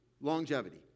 Longevity